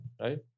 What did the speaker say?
right